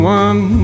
one